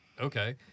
okay